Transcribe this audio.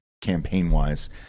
campaign-wise